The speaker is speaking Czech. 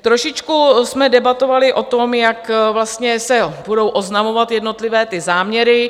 Trošičku jsme debatovali o tom, jak vlastně se budou oznamovat jednotlivé záměry.